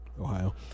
Ohio